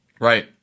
right